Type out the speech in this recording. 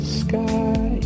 sky